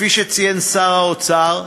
כפי שציין שר האוצר,